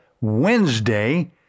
Wednesday